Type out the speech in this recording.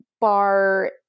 bar